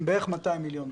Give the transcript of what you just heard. עם כ-200 מיליון דולר.